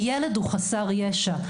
ילד הוא חסר ישע.